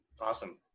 Awesome